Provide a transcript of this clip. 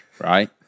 right